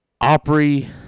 Opry